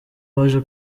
baje